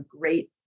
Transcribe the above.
great